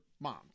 moms